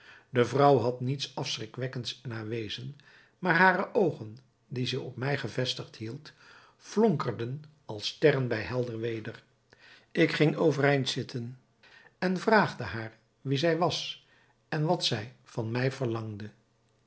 de vrouw had niets afschrikwekkends in haar wezen maar hare oogen die zij op mij gevestigd hield flonkerden als sterren bij helder weder ik ging overeind zitten en vraagde haar wie zij was en wat zij van mij verlangde